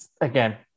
again